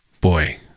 boy